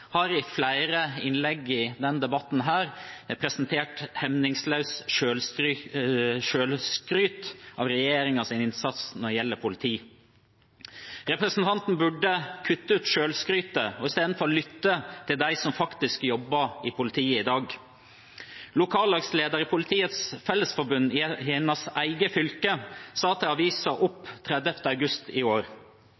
har i flere innlegg i denne debatten presentert hemningsløst selvskryt av regjeringens innsats når det gjelder politi. Representanten burde kutte ut selvskrytet og istedenfor lytte til dem som faktisk jobber i politiet i dag. Lokallagslederen i Politiets Fellesforbund i hennes eget fylke sa til